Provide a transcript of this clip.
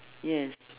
yes